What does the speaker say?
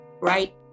right